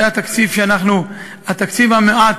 ובתקציב המעט,